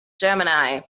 Gemini